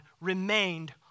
remained